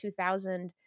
2000